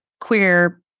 queer